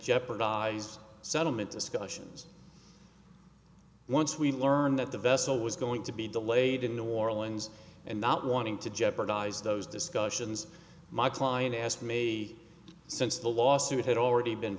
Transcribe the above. jeopardize settlement discussions once we learned that the vessel was going to be delayed in new orleans and not wanting to jeopardize those discussions my client asked maybe since the lawsuit had already been